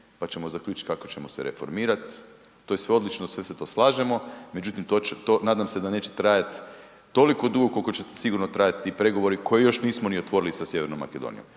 pa ćemo zaključiti kako ćemo se reformirati. To je sve odlično, svi se slažemo, međutim nadam se da neće trajati toliko dugo koliko će sigurno trajati ti prigovori koje još nismo ni otvorili sa Sjevernom Makedonijom.